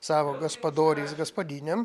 savo gaspadoriais gaspadinėm